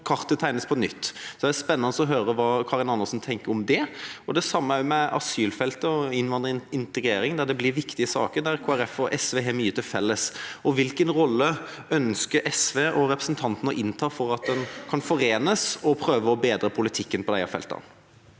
kartet må tegnes på nytt. Det er spennende å høre hva Karin Andersen tenker om det. Det samme gjelder også asylfeltet og integrering, som er viktige saker der Kristelig Folkeparti og SV har mye til felles. Hvilken rolle ønsker SV og representanten å innta for at en kan forenes og prøve å bedre politikken på disse feltene?